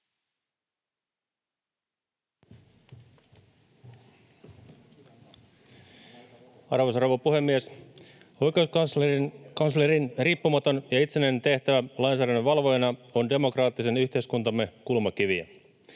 Arvoisa rouva puhemies! Oikeuskanslerin riippumaton ja itsenäinen tehtävä lainsäädännön valvojana on demokraattisen yhteiskuntamme kulmakiviä.